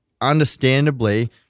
understandably